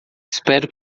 espero